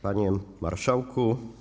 Panie Marszałku!